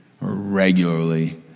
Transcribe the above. regularly